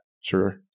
sure